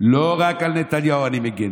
לא רק על נתניהו אני מגן,